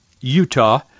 Utah